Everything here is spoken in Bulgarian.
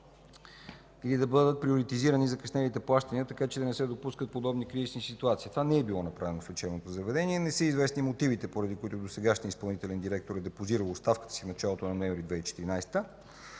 или да бъдат приоритизирани закъснелите плащания така, че да не се допускат подобни кризисни ситуации. Това не е било направено в лечебното заведение. Не са известни мотивите, поради които досегашният изпълнителен директор е депозирал оставката си в началото на ноември 2014 г.